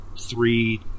three